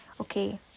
Okay